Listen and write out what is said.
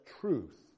truth